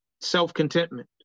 self-contentment